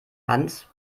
hand